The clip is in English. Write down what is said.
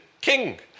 king